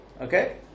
Okay